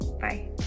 Bye